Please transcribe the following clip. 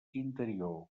interior